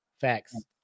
Facts